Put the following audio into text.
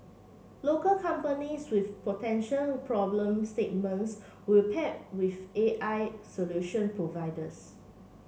local companies with potential problem statements will pair with AI solution providers